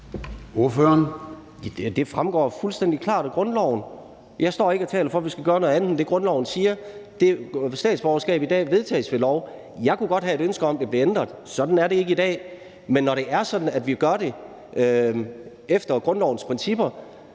det fremgår fuldstændig klart af grundloven. Jeg står ikke og taler for, at vi skal gøre noget andet end det, grundloven siger. Statsborgerskab i dag vedtages ved lov. Jeg kunne godt have et ønske om, at det blev ændret. Sådan er det ikke i dag, men når det er sådan, at vi gør det efter grundlovens principper,